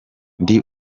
ndi